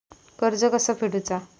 कर्ज कसा फेडुचा?